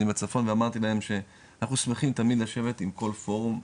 בצפון ואמרתי להם שאנחנו שמחים תמיד לשבת עם כל פורום שיש,